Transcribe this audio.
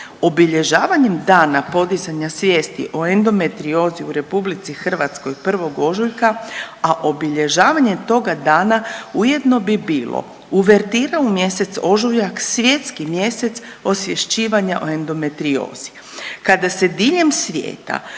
obilježavanjem „Dana podizanja svijesti o endometriozi u RH 1. ožujka“, a obilježavanje toga dana ujedno bi bilo uvertira u mjesec ožujak svjetski mjesec osvješćivanja o endometriozi. Kada se diljem svijeta